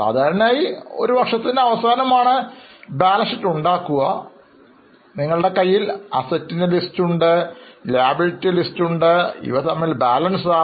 സാധാരണയായി ഇത് വർഷാവസാനത്തോടെയാണ് തയ്യാറാക്കുന്നത് നിങ്ങൾക്ക് Assets ലിസ്റ്റ് ഉണ്ട് നിങ്ങൾക്ക് Liabilities ലിസ്റ്റ് ഉണ്ട് ഇവ തമ്മിൽ ബാലൻസ് ആവും